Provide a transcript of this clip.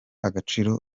agaciro